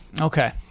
Okay